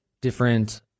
different